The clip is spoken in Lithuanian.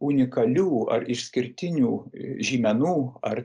unikalių ar išskirtinių žymenų ar